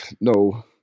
No